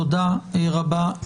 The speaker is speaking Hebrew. תודה רבה.